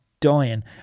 dying